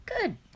good